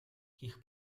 хийх